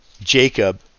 Jacob